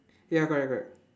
ya correct correct